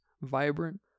vibrant